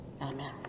Amen